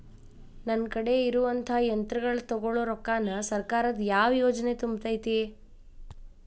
ನನ್ ಕಡೆ ಇರುವಂಥಾ ಯಂತ್ರಗಳ ತೊಗೊಳು ರೊಕ್ಕಾನ್ ಸರ್ಕಾರದ ಯಾವ ಯೋಜನೆ ತುಂಬತೈತಿ?